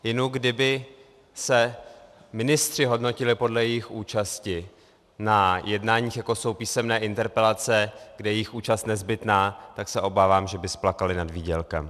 Inu, kdyby se ministři hodnotili podle jejich účasti na jednáních, jako jsou písemné interpelace, kde je jejich účast nezbytná, tak se obávám, že by splakali nad výdělkem.